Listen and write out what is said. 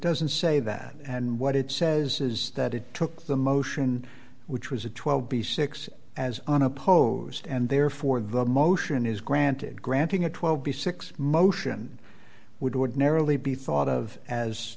doesn't say that and what it says is that it took the motion which was a twelve b six as on opposed and therefore the motion is granted granting a twelve b six motion would ordinarily be thought of as